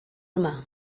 yma